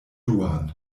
duan